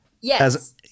yes